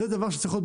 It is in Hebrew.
זה דבר שצריך להיות